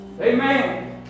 Amen